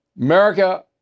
America